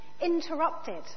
interrupted